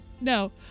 No